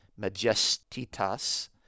majestitas